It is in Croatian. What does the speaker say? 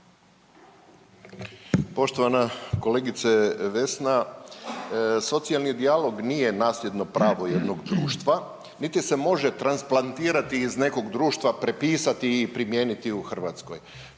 Poštovana kolegice Vesna. Socijalni dijalog nije nasljedno pravo jednog društva niti se može transplantirati iz nekog društva, prepisati i primijeniti u Hrvatskoj.